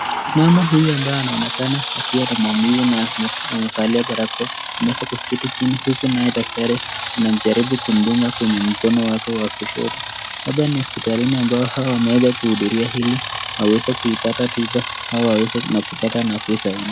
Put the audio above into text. Mama huyu ambaye anaonekana akiwa na maumivu na amevalia barakoa ameweza kuketi chini. Huku naye daktari anamjaribu kumdunga kwenye mkono wake wa kushoto. Hapa ni hospitalini ambao hawa wameweza kuhudhuria ili waweze kuipata tiba au waweze na kupata nafuu zaidi.